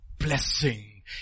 Blessing